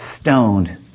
Stoned